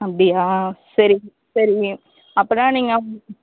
அப்படியா சரி சரி அப்படின்னா நீங்கள்